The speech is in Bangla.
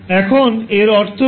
এখন এর অর্থ কী